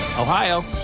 Ohio